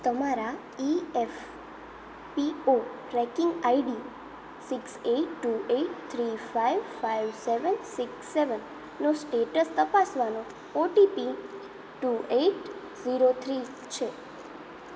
તમારા EFPO tracking ID six eight two eight three five five seven six સેવનનો status તપાસવાનો OTP two eight zero three છે